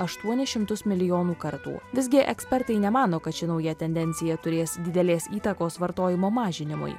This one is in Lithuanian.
aštuonis šimtus milijonų kartų visgi ekspertai nemano kad ši nauja tendencija turės didelės įtakos vartojimo mažinimui